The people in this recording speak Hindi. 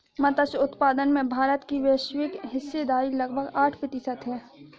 मत्स्य उत्पादन में भारत की वैश्विक हिस्सेदारी लगभग आठ प्रतिशत है